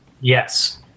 Yes